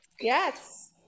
yes